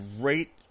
great